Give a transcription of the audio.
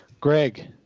Greg